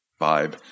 vibe